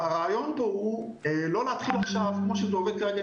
הרעיון פה הוא לא להתחיל עכשיו כמו שזה עובד כרגע עם